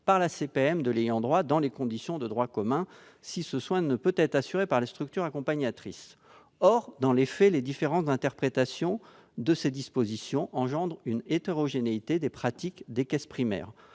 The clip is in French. maladie de l'ayant droit dans les conditions de droit commun, si ce soin ne peut être assuré par la structure accompagnatrice. Or, dans les faits, des différences d'interprétation de ces dispositions engendrent une hétérogénéité des pratiques des caisses primaires